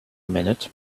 minute